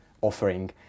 offering